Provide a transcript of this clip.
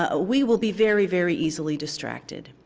ah we will be very, very easily distracted.